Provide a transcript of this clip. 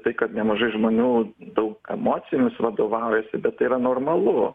tai kad nemažai žmonių daug emocijomis vadovaujasi bet tai yra normalu